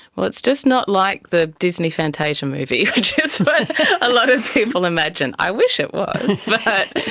well, it's just not like the disney fantasia movie, which is what a lot of people imagine. i wish it was, but